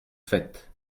faites